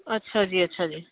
ਅੱਛਾ ਜੀ ਅੱਛਾ ਜੀ